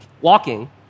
walking